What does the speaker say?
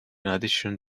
addition